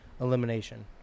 elimination